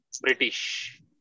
British